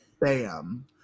bam